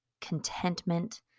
contentment